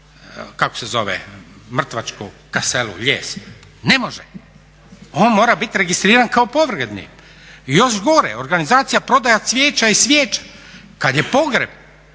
kako se zove mrtvačku kaselu, lijes, ne može, on mora biti registriran kao pogrebnik. Još gore organizacija i prodaja cvijeća i svijeća kad je pogreb